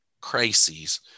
crises